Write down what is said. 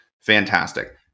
Fantastic